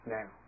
now